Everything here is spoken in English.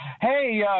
Hey